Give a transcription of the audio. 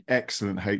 excellent